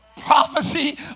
Prophecy